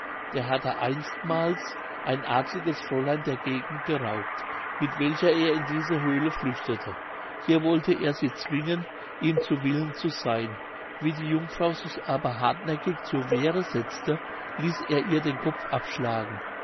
der hatte einstmals ein adliges fräulein der gegend geraubt mit welcher er in diese höhle flüchtete hier wollte er sie zwingen ihm zu willen zu seyn wie die jungfrau sich aber hartnäckig zur wehre setzte ließ er ihr den kopf abschlagen